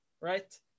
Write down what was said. Right